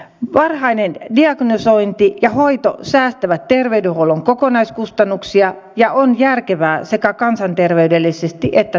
varhainen diagnosointi ja hoito säästää terveydenhuollon kokonaiskustannuksia ja on järkevää sekä kansanterveydellisesti että taloudellisesti